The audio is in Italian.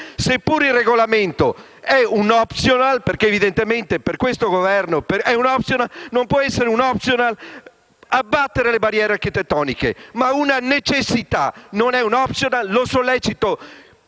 se il Regolamento è un optional perché evidentemente per questo Governo lo è, non può essere un optional abbattere le barriere architettoniche, ma una necessità. Sollecito